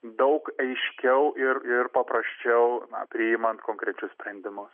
daug aiškiau ir ir paprasčiau priimant konkrečius sprendimus